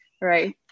right